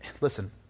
listen